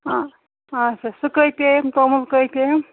آ اَچھا سُہ کٔہۍ پیٚیَم توٚمُل کٔہۍ پیٚیم